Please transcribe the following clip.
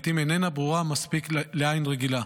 לעיתים איננה ברורה מספיק לעין רגילה.